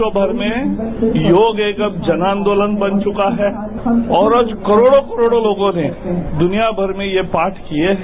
विश्वभर में योग एक अब जन आंदोलन बन चुका है और आज करोड़ों करोड़ों लोगों ने दुनियाभर में ये पाठ किए हैं